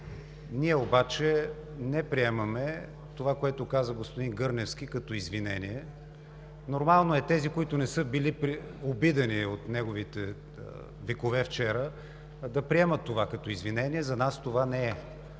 Ние обаче не приемаме това, което каза господин Гърневски като извинение. Нормално е, тези, които не са били обидени от неговите викове вчера, да приемат това като извинение. За нас това не е.